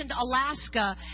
Alaska